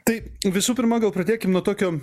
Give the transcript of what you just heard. tai visų pirma gal pradėkim nuo tokio